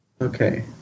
Okay